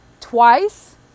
twice